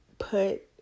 put